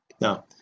Now